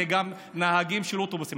גם נהגים של אוטובוסים.